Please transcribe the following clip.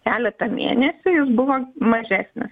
keletą mėnesių jis buvo mažesnis